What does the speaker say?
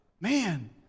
Man